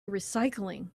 recycling